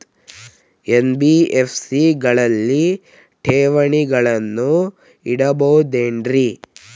NBFC ಗಳಲ್ಲಿ ಠೇವಣಿಗಳನ್ನು ಇಡಬಹುದೇನ್ರಿ?